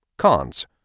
Cons